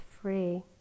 free